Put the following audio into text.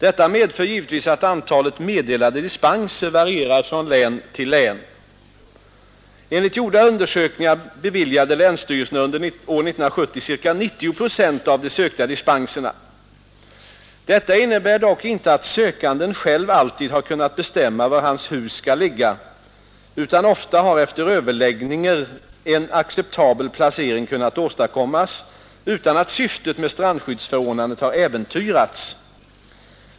Detta medför givetvis att antalet meddelade dispenser varierar från län till län. Enligt gjorda undersökningar beviljade länsstyrelserna under år 1970 ca 90 procent av de sökta dispenserna. Detta innebär dock inte att sökanden själv alltid har kunnat bestämma var hans hus skall ligga, utan ofta har efter överläggningar en acceptabel placering kunnat åstadkommas utan att syftet med strandskyddsförordnandet har äventyrats.